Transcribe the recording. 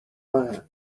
mind